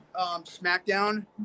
SmackDown